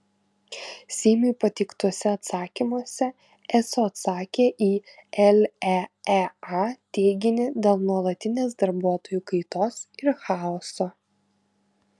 seimui pateiktuose atsakymuose eso atsakė į leea teiginį dėl nuolatinės darbuotojų kaitos ir chaoso